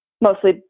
mostly